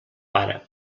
para